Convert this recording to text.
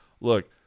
Look